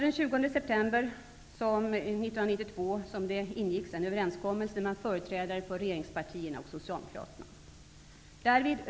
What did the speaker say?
Den 20 september 1992 ingicks alltså en överenkommelse mellan företrädare för regeringspartierna och Socialdemokraterna.